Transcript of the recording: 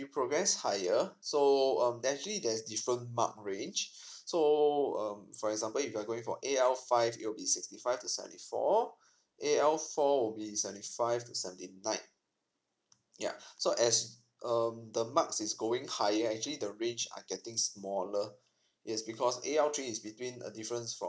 progress higher so um that's actually there's different mark range so um for example if you're going for A_L five it would be sixty five to seventy four A_L four would be seventy five to seventy nine yeah so as um the marks is going higher actually the range are getting smaller yes because A_L three is between err different from